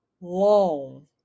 long